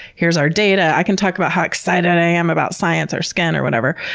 here's our data. i can talk about how excited i am about science or skin or whatever.